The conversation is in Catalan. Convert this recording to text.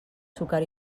sucar